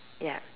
ya